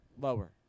Lower